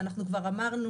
ואנחנו כבר אמרנו,